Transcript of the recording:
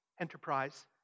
enterprise